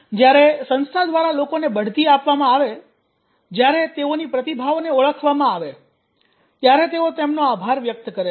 જ્યારે સંસ્થા દ્વારા લોકોને બઢતી આપવામાં આવે જ્યારે તેઓની પ્રતિભાઓને ઓળખવામાં આવે ત્યારે તેઓ તેમનો આભાર વ્યક્ત કરે છે